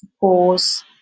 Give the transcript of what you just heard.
Pause